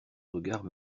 regards